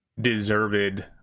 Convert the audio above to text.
deserved